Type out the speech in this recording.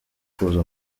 kuza